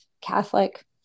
Catholic